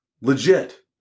legit